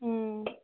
अं